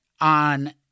on